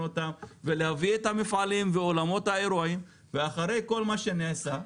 אותם ולהביא את המפעלים ואת אולמות האירועים ואחרי כל מה שנעשה,